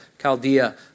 Chaldea